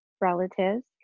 relatives